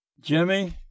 Jimmy